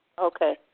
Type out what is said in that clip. Okay